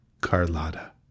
Carlotta